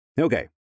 Okay